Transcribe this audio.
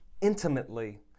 intimately